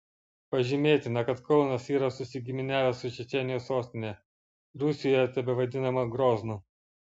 pažymėtina kad kaunas yra susigiminiavęs su čečėnijos sostine rusijoje tebevadinama groznu